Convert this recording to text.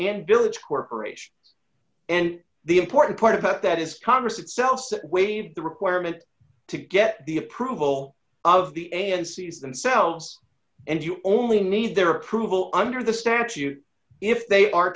and village corporations and the important part of that is congress itself that waive the requirement to get the approval of the a n c as themselves and you only need their approval under the statute if they are